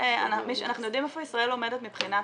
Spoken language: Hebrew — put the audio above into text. אנחנו יודעים איפה ישראל עומדת מבחינת